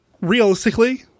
realistically